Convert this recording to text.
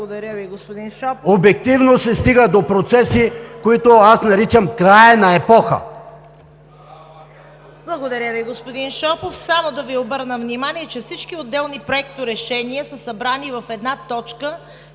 Обективно се стига до процеси, които аз наричам „краят на епоха“.